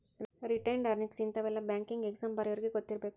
retained earnings ಇಂತಾವೆಲ್ಲ banking exam ಬರ್ಯೋರಿಗಿ ಗೊತ್ತಿರ್ಬೇಕು